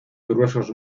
gruesos